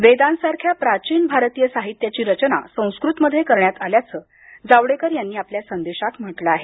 वेदांसारख्या प्राचीन भारतीय साहित्याची रचना संस्कृतमध्ये करण्यात आल्याचं जावडेकर यांनी आपल्या संदेशात म्हटलं आहे